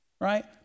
Right